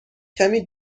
کمی